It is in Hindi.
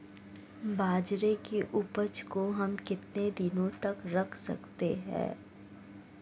बाजरे की उपज को हम कितने दिनों तक रख सकते हैं?